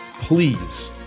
please